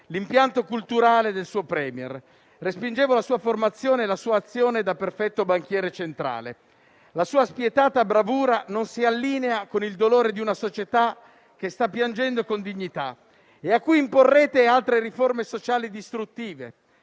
l'impianto culturale del suo *Premier*. Respingevo la sua formazione e la sua azione da perfetto banchiere centrale. la sua spietata bravura non si allinea con il dolore di una società che sta piangendo con dignità e a cui imporrete altre riforme sociali distruttive.